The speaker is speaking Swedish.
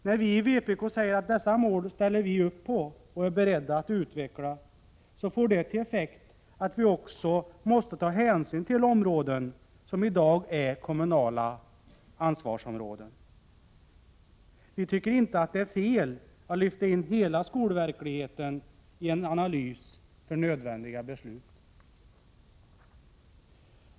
När vi i vpk säger att vi ställer oss bakom dessa mål och är beredda att utveckla dem, får det till effekt att vi också måste ta hänsyn till områden som i dag är kommunala ansvarsområden. Vi tycker inte att det är fel att lyfta in hela skolverkligheten i en analys för nödvändiga beslut.